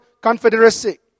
confederacy